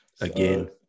again